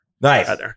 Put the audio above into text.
Nice